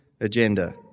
agenda